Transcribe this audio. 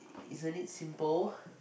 isn't it simple